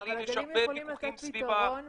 האנשים והאנשים היום יותר ויותר צריכים אינטרנט יותר